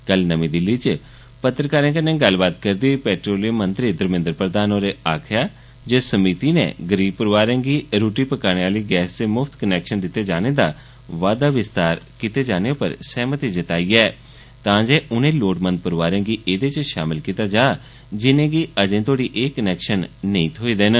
कल नर्मी दिल्ली च पत्रकारें कन्नै गल्लबात करदे होई पेट्रोलियम मंत्री धर्मेद्र प्रधान होरें आक्खेया जे समिति नै गरीब परोआरें गी रुट्टी पकाने आहली गैस दे मुफ्त कनैक्शन दिते जाने दा बाद्दा विस्तार करने उप्पर सैहमति जताई ऐ तां जे उन्ने लोइमंद परौआरें गी एहदे च शामल कीता जा जिनेंगी अजें ए कनैक्शन नेंई थ्होई दे न